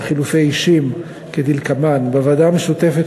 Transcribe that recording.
על חילופי אישים כדלקמן: בוועדה המשותפת